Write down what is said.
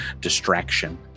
distraction